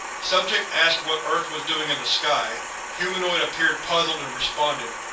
subject asked what earth was doing in the sky humanoid appeared puzzled and responded,